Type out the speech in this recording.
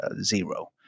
zero